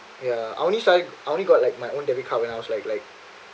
ya I only like I only got like my own debit card when I was like like